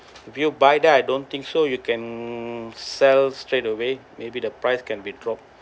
if you buy there I don't think so you can sell straight away maybe the price can be dropped